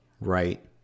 right